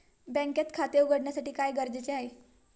बँकेत खाते उघडण्यासाठी काय गरजेचे आहे?